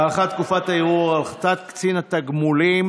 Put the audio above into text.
(הארכת תקופת הערעור על החלטת קצין תגמולים),